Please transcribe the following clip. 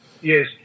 Yes